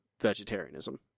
vegetarianism